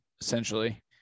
essentially